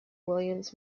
williams